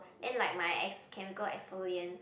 then like my ex~ chemical exfoliant